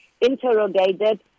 interrogated